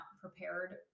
prepared